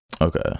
Okay